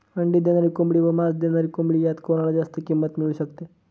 अंडी देणारी कोंबडी व मांस देणारी कोंबडी यात कोणाला जास्त किंमत मिळू शकते?